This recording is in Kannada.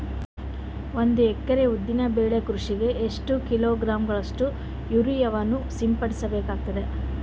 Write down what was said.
ಒಂದು ಎಕರೆ ಉದ್ದಿನ ಬೆಳೆ ಕೃಷಿಗೆ ಎಷ್ಟು ಕಿಲೋಗ್ರಾಂ ಗಳಷ್ಟು ಯೂರಿಯಾವನ್ನು ಸಿಂಪಡಸ ಬೇಕಾಗತದಾ?